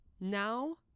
Now